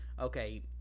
okay